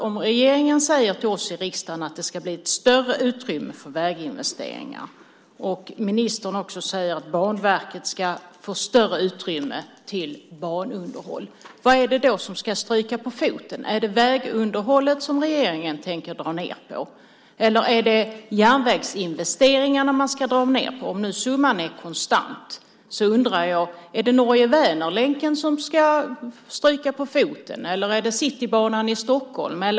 Om regeringen säger till oss i riksdagen att det ska bli ett större utrymme för väginvesteringar och ministern också säger att Banverket ska få större utrymme för banunderhåll, vad är det då som ska stryka på foten? Är det vägunderhållet eller är det järnvägsinvesteringarna som regeringen tänker dra ned på? Om summan är konstant undrar jag: Är det Norge-Vänerlänken som ska stryka på foten eller är det Citybanan i Stockholm?